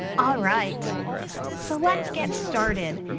all right so let's get started.